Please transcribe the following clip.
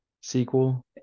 sequel